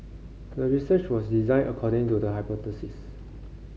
the research was designed according to the hypothesis